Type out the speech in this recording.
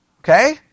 Okay